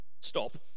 stop